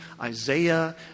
Isaiah